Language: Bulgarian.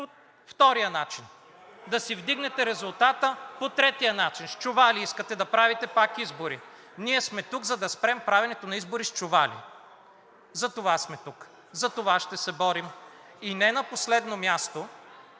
от ГЕРБ-СДС.) Да си вдигнете резултата по третия начин. С чували искате да правите пак избори. Ние сме тук, за да спрем правенето на избори с чували. Затова сме тук! Затова ще се борим! И не на последно място,